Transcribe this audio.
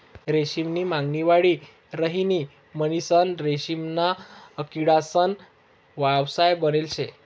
रेशीम नी मागणी वाढी राहिनी म्हणीसन रेशीमना किडासना व्यवसाय बनेल शे